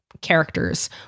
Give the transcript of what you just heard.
characters